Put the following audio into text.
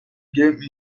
game